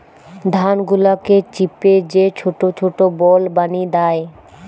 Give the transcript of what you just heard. ধান গুলাকে চিপে যে ছোট ছোট বল বানি দ্যায়